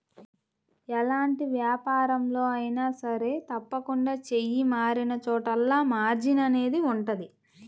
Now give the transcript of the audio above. ఎలాంటి వ్యాపారంలో అయినా సరే తప్పకుండా చెయ్యి మారినచోటల్లా మార్జిన్ అనేది ఉంటది